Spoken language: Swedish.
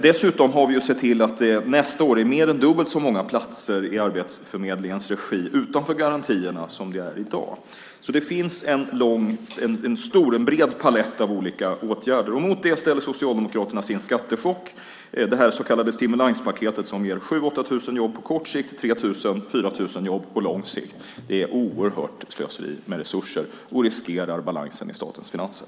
Dessutom har vi sett till att det nästa år finns mer än dubbelt så många platser som i dag i Arbetsförmedlingens regi utanför garantierna. Det finns alltså en bred palett av olika åtgärder. Mot detta ställer Socialdemokraterna sin skattechock, det så kallade stimulanspaketet som ger 7 000-8 000 jobb på kort sikt och 3 000-4 000 jobb på lång sikt. Det är ett oerhört slöseri med resurser och riskerar balansen i statens finanser.